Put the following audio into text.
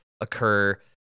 occur